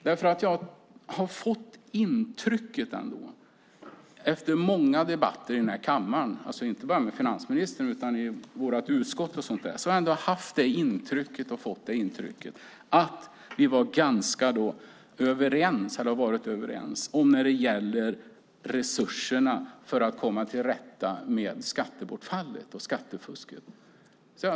Jag har ändå fått intrycket efter många debatter i den här kammaren - alltså inte bara med finansministern utan även med vårt utskott - att vi har varit överens när det gäller resurserna för att komma till rätta med skattebortfallet och skattefusket.